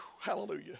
Hallelujah